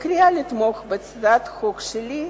בקריאה לתמוך בהצעת החוק שלי,